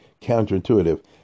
counterintuitive